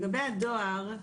לגבי הדואר,